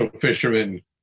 fishermen